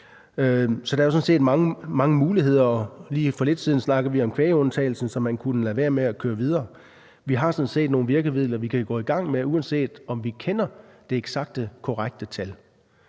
Så der er sådan set mange muligheder. Lige for lidt siden snakkede vi om kvægundtagelsen, som man kunne lade være med at køre videre. Vi har sådan set nogle virkemidler, vi kan gå i gang med, uanset om vi kender det eksakte, korrekte tal.